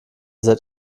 seid